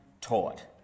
taught